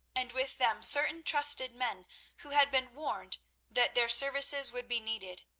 and with them certain trusted men who had been warned that their services would be needed.